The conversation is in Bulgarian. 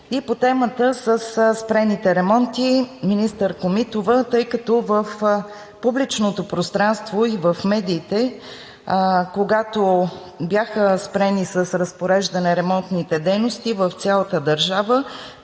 И по темата със спрените ремонти, министър Комитова, тъй като в публичното пространство и в медиите, когато бяха спрени с разпореждане ремонтните дейности в цялата държава,